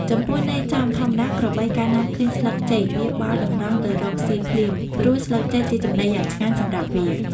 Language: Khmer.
ចំពោះន័យចំ ធម្មតា ក្របី កាលណាឃើញស្លឹកចេក វាបោលតម្រង់ទៅរកស៊ីភ្លាម ព្រោះស្លឹកចេកជាចំណីយ៉ាងឆ្ងាញ់សម្រាប់វា ។